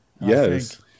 Yes